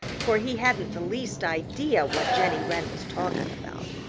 for he hadn't the least idea what jenny wren was talking about.